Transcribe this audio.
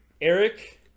Eric